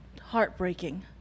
heartbreaking